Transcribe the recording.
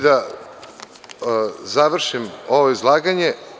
Da završim ovo izlaganje.